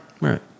Right